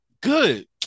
good